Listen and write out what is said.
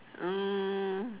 um